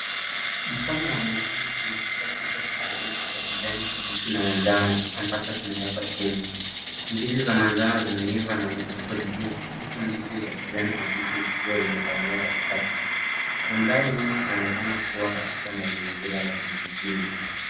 Mkono wa mwanamme unashika kichwa cha ndizi za kijani kibichi na manjano ambacho kimewekwa chini, ndizi za manjano zimeiva na ziko juu huku ndizi za kijani kibichi zikiwa zimetawalia kati kati, manthari nyuma inaonekana kuwa katika mazingira ya vijijini.